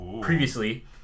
previously